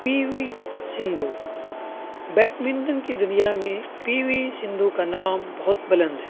پی V Sindhu badminton کی دنیا میں پی وی سندھو کا نام بہت بلند ہے